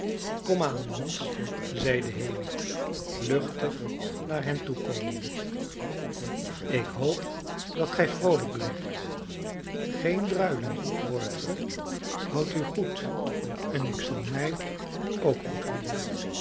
aan jongens zeide haley luchtig naar hen toekomende ik hoop dat gij vroolijk blijft geen druilen hoort ge houdt u goed en ik zal mij ook goed houden